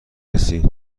رسی